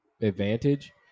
advantage